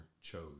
chose